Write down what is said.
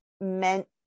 meant